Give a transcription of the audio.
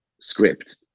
script